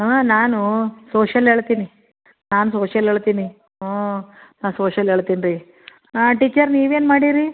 ಹಾಂ ನಾನು ಸೋಶಲ್ ಹೇಳ್ತೀನಿ ನಾನು ಸೋಶಲ್ ಹೇಳ್ತೀನಿ ಹ್ಞೂ ನಾ ಸೋಶಲ್ ಹೇಳ್ತೀನಿ ರೀ ಹಾಂ ಟೀಚರ್ ನೀವೇನು ಮಾಡಿ ರೀ